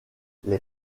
les